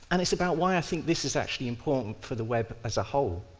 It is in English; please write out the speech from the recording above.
and it's about why i think this is actually important for the web as ah whole.